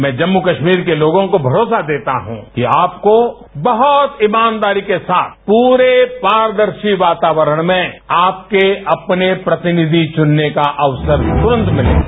मैं जम्मू कश्मीर के लोगों को भरोसा देता हूं कि आपको बहुत ईमानदारी के साथ पूरे पारदर्शी वातावरण में आपके अपने प्रतिनिधि चुनने का अवसर तुरंत मिलेगा